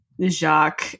Jacques